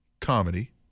comedy